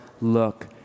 look